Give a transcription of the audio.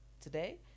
today